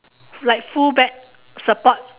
like full back support